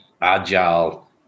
agile